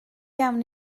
iawn